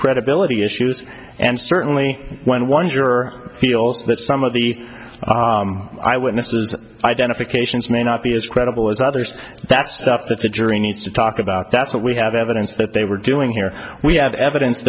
credibility issues and certainly when one you're feels that some of the eyewitnesses identifications may not be as credible as others that's up that the jury needs to talk about that's what we have evidence that they were doing here we have evidence